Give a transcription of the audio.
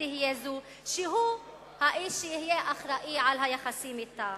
תהיה זו שהוא האיש שיהיה אחראי ליחסים אתה.